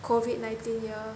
COVID nineteen year